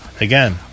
Again